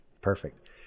Perfect